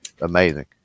amazing